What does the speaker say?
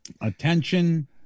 Attention